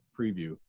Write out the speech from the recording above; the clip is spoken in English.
preview